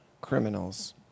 criminals